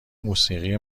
موسیقی